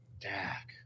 Dak